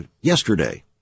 yesterday